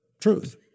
Truth